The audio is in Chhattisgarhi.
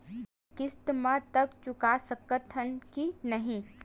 ऋण किस्त मा तक चुका सकत हन कि नहीं?